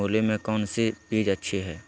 मूली में कौन सी बीज अच्छी है?